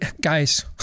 Guys